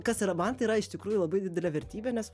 kas yra man tai yra iš tikrųjų labai didelė vertybė nes